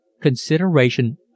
consideration